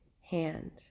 hand